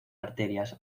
arterias